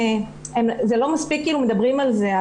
לא מספיק מדברים על זה.